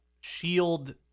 shield